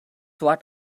what